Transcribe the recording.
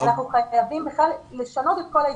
אנחנו חייבים לשנות את כל ההסתכלות.